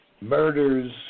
murders